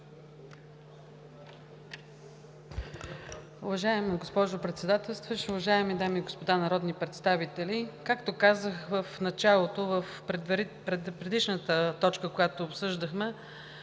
Уважаема госпожо Председателстваща, уважаеми дами и господа народни представители! Както казах в началото, в предишната точка, която обсъждахме,